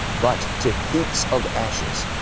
but to heaps of ashes,